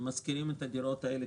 משכירים את הדירות האלה,